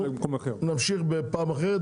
אנחנו נמשיך בפעם אחרת,